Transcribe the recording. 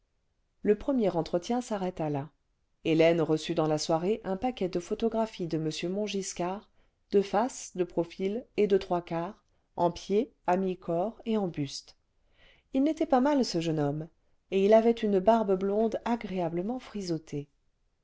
le premier entretien s'arrêta là hélène reçut dans la soirée un paquet de photographies de m montgiscard de face de profil et de trois quarts en pied à mi-corps et en buste il n'était pas mal ce jeune homme et il avait une barbe blonde agréablement frisottée